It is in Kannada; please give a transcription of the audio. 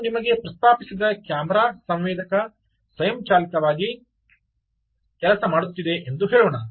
ನಾನು ನಿಮಗೆ ಪ್ರಸ್ತಾಪಿಸಿದ ಕ್ಯಾಮೆರಾ ಸಂವೇದಕ ಸ್ವಯಂಚಾಲಿತವಾಗಿ ಕೆಲಸ ಮಾಡುತ್ತಿದೆ ಎಂದು ಹೇಳೋಣ